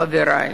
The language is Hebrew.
חברי,